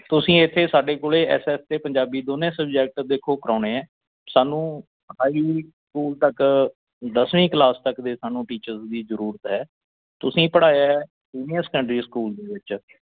ਤੁਸੀਂ ਇੱਥੇ ਸਾਡੇ ਕੋਲ ਐਸ ਐਸ ਅਤੇ ਪੰਜਾਬੀ ਦੋਨੇ ਸਬਜੈਕਟ ਦੇਖੋ ਕਰਵਾਉਣੇ ਆ ਸਾਨੂੰ ਹਾਈ ਸਕੂਲ ਤੱਕ ਦਸਵੀਂ ਕਲਾਸ ਤੱਕ ਦੇ ਸਾਨੂੰ ਟੀਚਰਸ ਦੀ ਜ਼ਰੂਰਤ ਹੈ ਤੁਸੀਂ ਪੜ੍ਹਾਇਆ ਸੀਨੀਅਰ ਸੈਕੰਡਰੀ ਸਕੂਲ ਦੇ ਵਿੱਚ